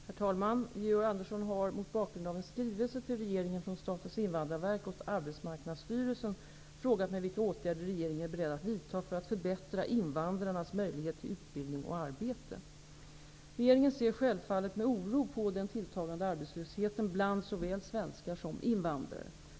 Herr talman! Georg Andersson har mot bakgrund av en skrivelse till regeringen från Statens Arbetsmarknadsstyrelsen, AMS, frågat mig vilka åtgärder regeringen är beredd att vidta för att förbättra invandrarnas möjligheter till utbildning och arbete. Regeringen ser självfallet med oro på den tilltagande arbetslösheten bland såväl svenskar som invandrare.